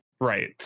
right